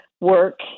work